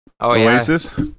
Oasis